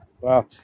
Wow